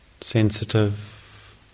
Sensitive